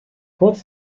kurz